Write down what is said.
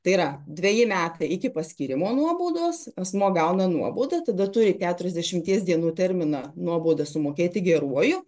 tai yra dveji metai iki paskyrimo nuobaudos asmuo gauna nuobaudą tada turi keturiasdešimies dienų terminą nuobaudą sumokėti geruoju